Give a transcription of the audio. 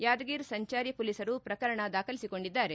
ಯಾದಗಿರ್ ಸಂಚಾರಿ ಪೊಲೀಸರು ಪ್ರಕರಣ ದಾಖಲಿಸಿಕೊಂಡಿದ್ದಾರೆ